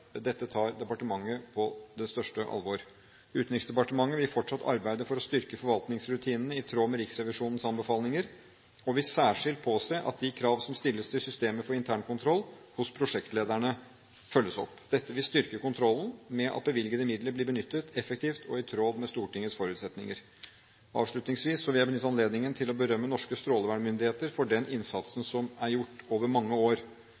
Dette tar departementet på det største alvor. Utenriksdepartementet vil fortsatt arbeide for å styrke forvaltningsrutinene i tråd med Riksrevisjonens anbefalinger og vil påse særskilt at de krav som stilles til systemet for intern kontroll hos prosjektlederne, følges opp. Dette vil styrke kontrollen med at bevilgede midler blir benyttet effektivt og i tråd med Stortingets forutsetninger. Avslutningsvis vil jeg benytte anledningen til å berømme norske strålevernmyndigheter for den innsatsen som er gjort over mange år.